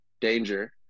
danger